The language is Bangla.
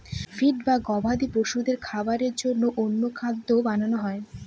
ফিড বা গবাদি পশুদের খাবারের জন্য অন্য খাদ্য বানানো হয়